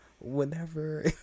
Whenever